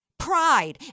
Pride